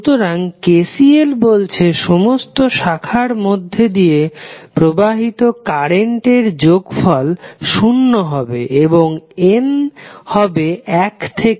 সুতরাং KCL বলছে সমস্ত শাখার মধ্যে দিয়ে প্রবাহিত কারেন্টের যোগফল শুন্য হবে এবং n হবে 1 থেকে N